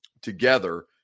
together